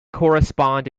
correspond